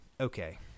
okay